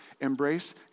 embrace